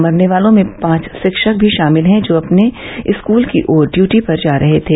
मरने वालों में पाँच षिक्षक भी षामिल हैं जो अपने अपने स्कूल की ओर डयूटी पर जा रहे थे